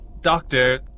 Doctor